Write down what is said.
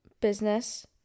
business